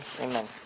amen